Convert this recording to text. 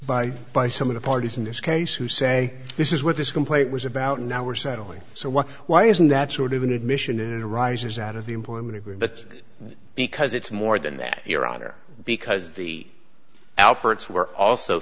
by by some of the parties in this case who say this is what this complaint was about and now we're settling so well why isn't that sort of an admission it arises out of the employment agree but because it's more than that your honor because the alpert's were also